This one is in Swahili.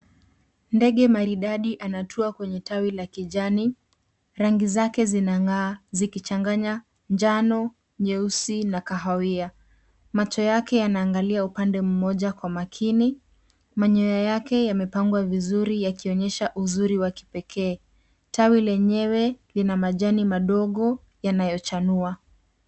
Ndege maridadi anatua kwenye tawi la kijani. Rangi zake zinang'aa, zikichanganya njano, nyeusi na kahawia. Macho yake yanaangalia upande mmoja kwa makini. Manyoya yake yamepangwa vizuri yakionyesha uzuri wa kipekee. Tawi lenyewe lina majani madogo yanayochanua.